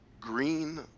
green